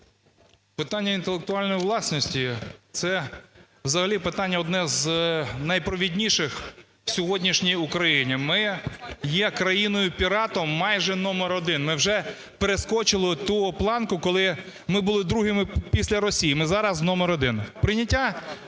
Питання інтелектуальної власності – це взагалі питання одне з найпровідніших у сьогоднішній Україні Ми є країною-піратом майже номер №1. Ми вже перескочили ту планку, коли ми буде другими після Росії, ми зараз №1.